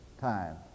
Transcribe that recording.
time